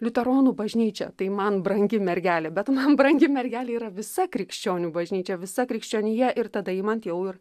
liuteronų bažnyčia tai man brangi mergelė bet man brangi mergelė yra visa krikščionių bažnyčia visa krikščionija ir tada imant jau ir